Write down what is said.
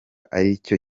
aricyo